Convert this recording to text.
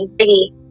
city